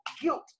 guilt